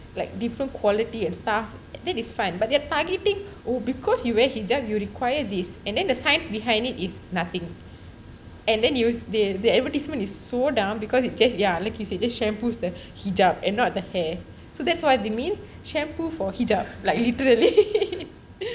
like different quality and stuff that is fine but they're targeting oh because you wear hijab you require this and then the science behind it is nothing and then you will be the advertisement is so dumb because it just shampoos the hijab and not the hair that's what they mean shampoo for the hijab like literally